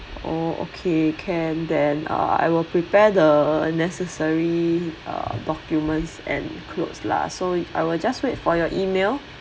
orh okay can then uh I will prepare the necessary uh documents and clothes lah so I will just wait for your email